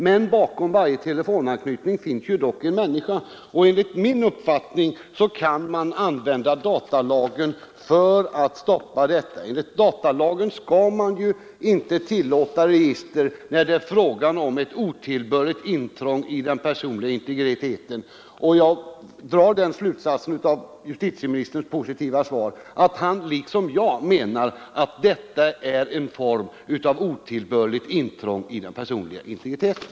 Men bakom varje telefonanknytning finns dock en människa, och enligt min uppfattning kan man använda datalagen för att stoppa denna form av kontroll. Enligt datalagen skall man ju inte tillåta register när det är fråga om ett otillbörligt intrång i den personliga integriteten. Jag drar den slutsatsen av justitieministerns positiva svar att han liksom jag menar att detta är en form av otillbörligt intrång i den personliga integriteten.